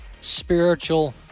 spiritual